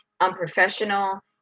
unprofessional